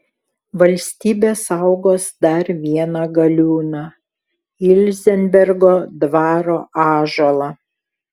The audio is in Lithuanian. valstybė saugos dar vieną galiūną ilzenbergo dvaro ąžuolą